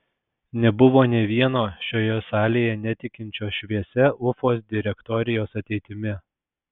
nebuvo nė vieno šioje salėje netikinčio šviesia ufos direktorijos ateitimi